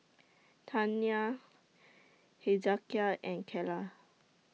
Tania Hezekiah and Calla